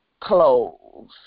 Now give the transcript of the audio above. clothes